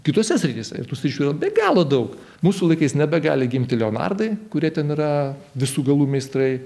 kitose srityse ir tų sričių yra be galo daug mūsų laikais nebegali gimti leonardai kurie ten yra visų galų meistrai